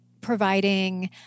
providing